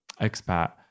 expat